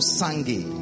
sangue